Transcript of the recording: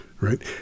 right